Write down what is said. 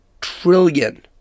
trillion